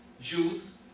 Jews